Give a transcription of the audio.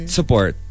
support